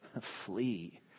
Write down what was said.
flee